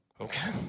Okay